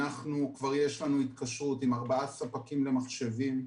כבר יש לנו התקשרות עם ארבעה ספקים למחשבים.